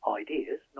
ideas